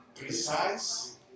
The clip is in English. precise